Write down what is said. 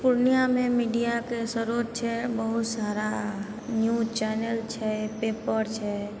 पूर्णियामे मीडियाके स्रोत छै बहुत सारा न्यूज चैनल छै पेपर छै